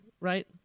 Right